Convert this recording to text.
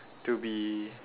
to be